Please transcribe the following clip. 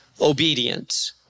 obedience